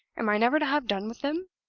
am i never to have done with them?